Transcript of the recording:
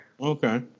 Okay